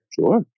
Sure